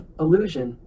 illusion